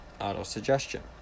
auto-suggestion